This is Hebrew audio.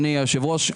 אדוני היושב-ראש.